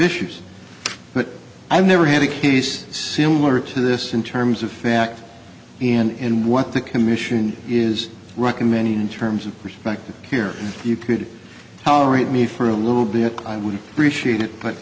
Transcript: issues but i've never had a case similar to this in terms of fact and what the commission is recommending in terms of perspective here you could tolerate me for a little bit i would appreciate it but